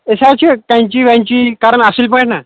أسۍ حظ چھِ کیٚنچی ویٚنچی کَرَن اَصٕل پٲٹھۍ نا